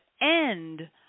end